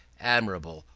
admirable,